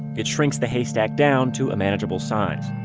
it shrinks the haystack down to a manageable size